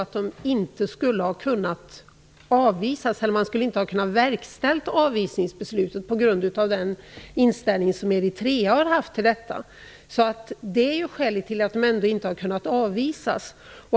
Man skulle ändå inte ha kunnat verkställa avvisningsbeslutet på grund av den inställning som funnits i Eritrea. Det är skälet till att de inte har kunnat avvisas.